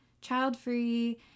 child-free